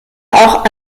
auch